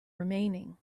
remaining